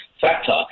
factor